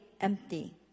empty